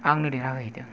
आंनो देरहाहोहैदों